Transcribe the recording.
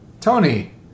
Tony